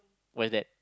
what is that